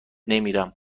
نمیرم